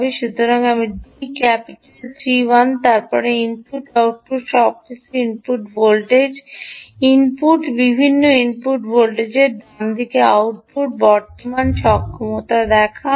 সুতরাং আমি D capital T 1 বলব তারপরে ইনপুট আউটপুট সবকিছু ইনপুট ভোল্টেজ ইনপুট বিভিন্ন ইনপুট ভোল্টেজের ডানদিকে আউটপুট বর্তমান সক্ষমতা দেখায়